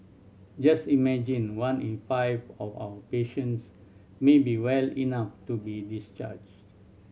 just imagine one in five of our patients may be well enough to be discharged